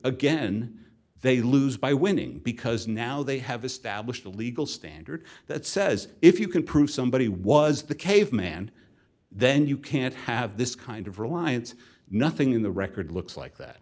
again they lose by winning because now they have established a legal standard that says if you can prove somebody was the caveman then you can't have this kind of reliance nothing in the record looks like that